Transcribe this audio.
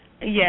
Yes